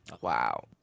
Wow